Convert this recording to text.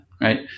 right